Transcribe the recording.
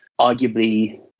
arguably